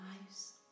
lives